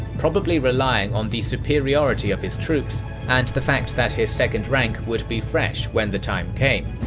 probably relying on the superiority of his troops and the fact that his second rank would be fresh when the time came.